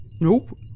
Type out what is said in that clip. Nope